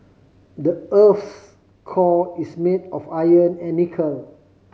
the earth's core is made of iron and nickel